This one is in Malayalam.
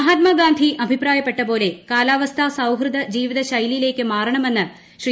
മഹാത്മാഗാന്ധി അഭിപ്രായപ്പെട്ടപോലെ കാലാവസ്ഥാ സൌഹൃദ ജീവിത ശൈലിയിലേക്ക് മാറണമെന്ന് ശ്രീ